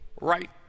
right